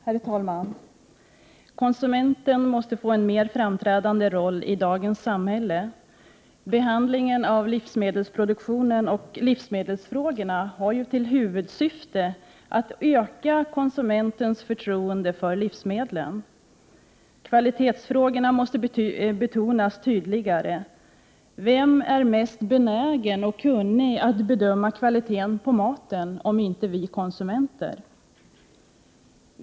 Herr talman! Konsumenten måste få en mer framträdande roll i dagens samhälle. Huvudsyftet med behandlingen av livsmedelspropositionen och livsmedelsfrågorna är att öka konsumentens förtroende för livsmedlen: Kvalitetsfrågorna måste betonas mera. Vem är mest benägen och kunnig när det gäller att bedöma kvaliteten på maten om inte konsumenten?